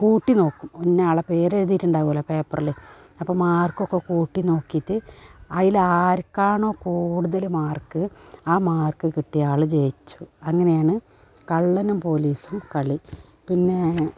കൂട്ടി നോക്കും ഇന്ന ആളെ പേരെഴുതിയിട്ടുണ്ടാകുമല്ലൊ പേപ്പറിൽ അപ്പം മാർക്കൊക്കെ കൂട്ടി നോക്കിയിട്ട് അതിലാർക്കാണോ കൂടുതൽ മാർക്ക് ആ മാർക്ക് കിട്ടിയ ആൾ ജയിച്ചു അങ്ങനെയാണ് കള്ളനും പോലീസും കളി പിന്നേ